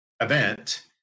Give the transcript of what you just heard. event